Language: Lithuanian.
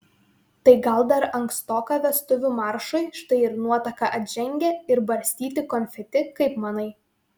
tai gal dar ankstoka vestuvių maršui štai ir nuotaka atžengia ir barstyti konfeti kaip manai